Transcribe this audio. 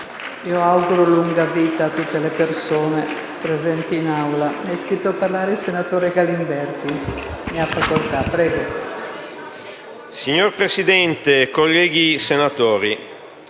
Signora Presidente, colleghi senatori,